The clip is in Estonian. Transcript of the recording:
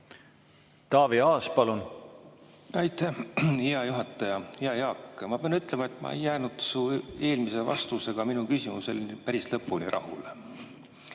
Taavi Aas, palun! Aitäh, hea juhataja! Hea Jaak! Ma pean ütlema, et ma ei jäänud su eelmise vastusega minu küsimusele päris lõpuni rahule.